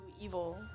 evil